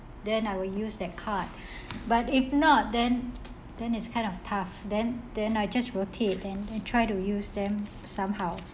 then I will use that card but if not then then it's kind of tough then then I just rotate then then try to use them somehow